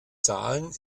zahlen